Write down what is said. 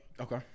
Okay